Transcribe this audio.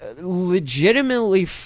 legitimately